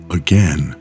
again